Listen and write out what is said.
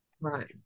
Right